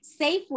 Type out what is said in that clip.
Safeway